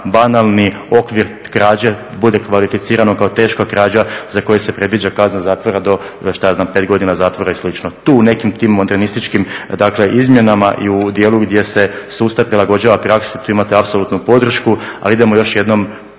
"banalni" okvir krađe bude kvalificirano kao teška krađa za koju se predviđa kazna zatvora do što ja znam 5 godina zatvora i slično. Tu u nekim tim modernističkim dakle izmjenama i u dijelu gdje se sustav prilagođava praksi tu imate apsolutnu podršku. Ali idemo još jednom